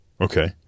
Okay